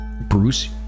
Bruce